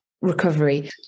recovery